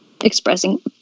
Expressing